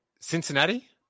Cincinnati